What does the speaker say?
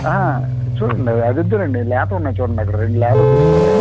చూడండి అది వద్దులెండి లేతవి ఉన్నాయి చూడండి అక్కడ రెండు లేతవి తీసుకోండి